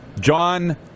john